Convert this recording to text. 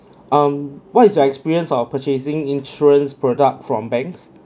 um what is your experience of purchasing insurance product from banks